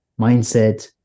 mindset